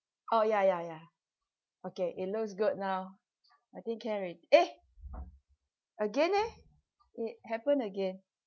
oh ya ya ya okay it looks good now I think can already eh again eh it happen again